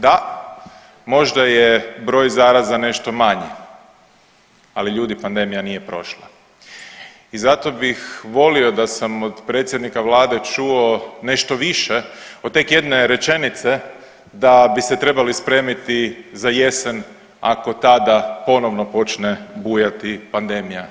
Da, možda je broj zaraza nešto manji, ali ljudi pandemija nije prošla i zato bih volio da sam od predsjednika vlade čuo nešto više od tek jedne rečenice da bi se trebali spremiti za jesen ako tada ponovno počne bujati pandemija.